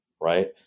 Right